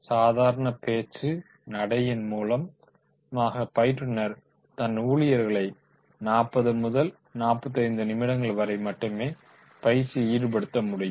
சாதாரண பேச்சு நடையின் மூலமாக பயிற்றுநர் தன் ஊழியர்களை 40 முதல்45 நிமிடங்கள் வரை மட்டுமே பயிற்சியில் ஈடுபடுத்த முடியும்